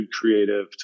creative